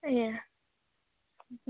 ଆଜ୍ଞା